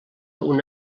una